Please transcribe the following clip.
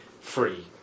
free